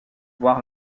voir